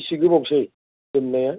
बेसे गोबाव जाखो लोमनाया